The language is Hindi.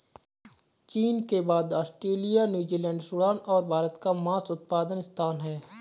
चीन के बाद ऑस्ट्रेलिया, न्यूजीलैंड, सूडान और भारत का मांस उत्पादन स्थान है